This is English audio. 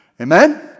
Amen